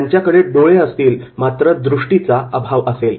त्यांच्याकडे डोळे असतील मात्र दृष्टीचा अभाव असेल